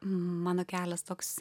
mano kelias toks